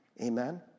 Amen